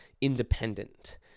independent